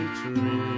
tree